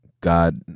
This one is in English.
god